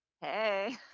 Hey